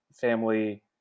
family